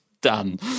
done